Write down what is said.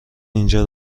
اینجا